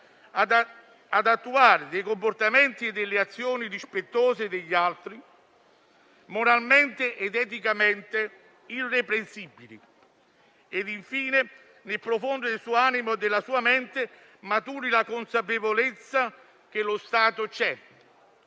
ad attuare dei comportamenti e delle azioni rispettosi degli altri, moralmente ed eticamente irreprensibili ed, infine, nel profondo del suo animo e della sua mente maturi la consapevolezza che lo Stato c'è,